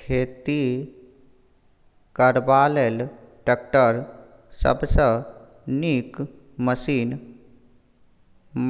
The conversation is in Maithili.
खेती करबा लेल टैक्टर सबसँ नीक मशीन